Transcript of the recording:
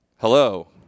Hello